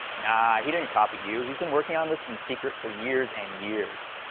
nah he didn't copy you he's been working on this in secret for years and years